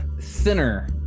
thinner